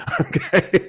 okay